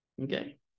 Okay